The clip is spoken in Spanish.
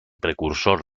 precursor